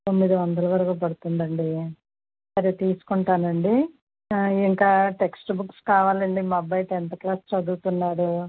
తొమ్మిది వందల వరకు పడుతుందాండి అది తీసుకుంటానండి ఇంకా టెక్స్ట్ బుక్స్ కావాలండి మా అబ్బాయి టెన్త్ క్లాస్ చదువుతున్నాడు